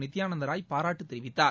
நித்யானந்த ராய் பாராட்டு தெரிவித்தார்